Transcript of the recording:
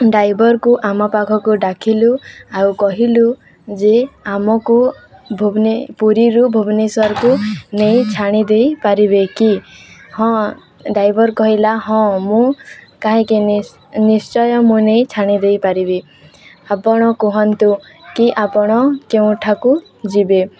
ଡ୍ରାଇଭର୍କୁ ଆମ ପାଖକୁ ଡାକିଲୁ ଆଉ କହିଲୁ ଯେ ଆମକୁୁ ପୁରୀରୁ ଭୁବନେଶ୍ୱରକୁ ନେଇ ଛାଣି ଦେଇପାରିବେ କି ହଁ ଡ୍ରାଇଭର୍ କହିଲା ହଁ ମୁଁ କାହିଁକି ନିଶ୍ଚୟ ମୁଁ ନେଇ ଛାଣି ଦେଇପାରିବି ଆପଣ କୁହନ୍ତୁ କି ଆପଣ କେଉଁଠାକୁ ଯିବେ